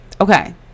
Okay